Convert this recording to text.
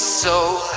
soul